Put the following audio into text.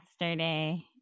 yesterday